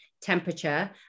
temperature